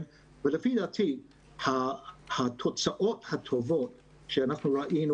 לפי דעתי התוצאות הטובות שאנחנו ראינו